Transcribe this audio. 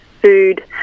food